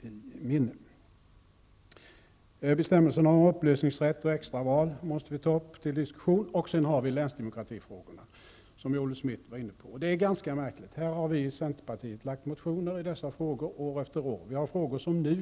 i minne. Bestämmelserna om upplösningsrätt och extraval måste vi ta upp till diskussion, och sedan har vi länsdemokratifrågorna, som Olle Schmidt tog upp. Detta är ganska märkligt. Vi i centerpartiet har år efter år väckt motioner i dessa frågor.